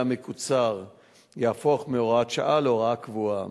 המקוצר יהפוך מהוראת שעה להוראה קבועה.